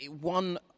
one